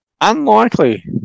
Unlikely